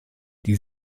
die